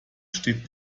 steht